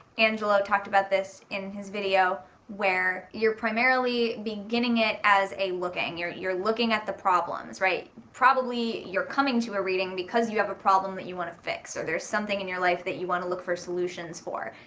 angelo talked about this in his video where you're primarily beginning it as a looking. you're, you're looking at the problems. right? probably you're coming to a reading because you have a problem that you want to fix, so there's something in your life that you want to look for solutions for.